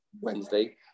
Wednesday